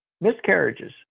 miscarriages